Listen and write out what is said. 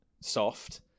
soft